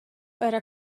era